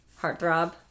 heartthrob